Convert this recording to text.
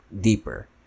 Deeper